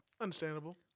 Understandable